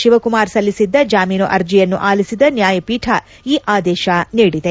ಶಿವಕುಮಾರ್ ಸಲ್ಲಿಸಿದ್ದ ಜಾಮೀನು ಅರ್ಜಿಯನ್ನು ಆಲಿಸಿದ ನ್ಯಾಯಪೀಠ ಈ ಆದೇಶ ನೀಡಿದೆ